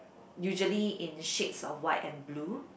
usually in shades of white and blue